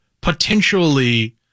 potentially